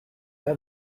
are